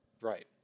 Right